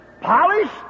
polished